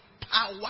power